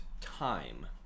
time